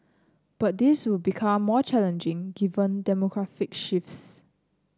but this will become more challenging given demographic shifts